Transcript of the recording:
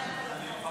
חוק